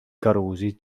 carusi